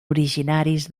originaris